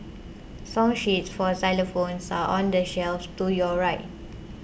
song sheets for xylophones are on the shelf to your right